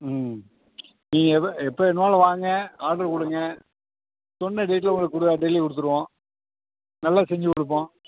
ம் நீங்கள் ப எப்போ வேணும்னாலும் வாங்க ஆட்ரு கொடுங்க சொன்ன டேட்டில் உங்களுக்கு கொடு டெலிவரி கொடுத்துருவோம் நல்லா செஞ்சுக் கொடுப்போம்